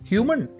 Human